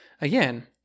Again